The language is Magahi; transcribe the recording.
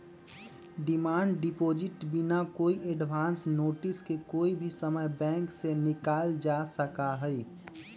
डिमांड डिपॉजिट बिना कोई एडवांस नोटिस के कोई भी समय बैंक से निकाल्ल जा सका हई